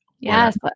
Yes